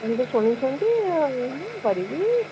ଆପଣ ତ ଶୁଣିଛନ୍ତି କରିବି